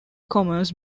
commerce